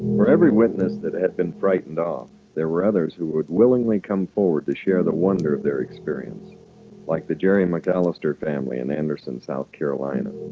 for every witness that had been frightened off there were others who would willingly come forward to share the wonder of their experience like the jerry mcalister family in anderston, south carolina